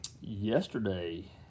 yesterday